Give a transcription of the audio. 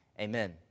Amen